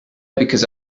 because